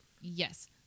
Yes